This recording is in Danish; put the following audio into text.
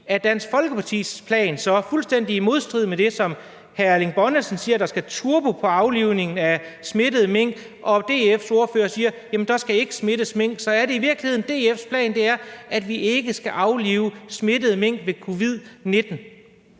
er Dansk Folkepartis plan så fuldstændig i modstrid med det, som hr. Erling Bonnesen siger, nemlig at der skal turbo på aflivningen af smittede mink? DF's ordfører siger, at der ikke skal aflives mink. Er DF's plan i virkeligheden, at vi ikke skal aflive mink, der er smittet med covid-19?